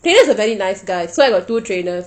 trainer is a very nice guy so I got two trainers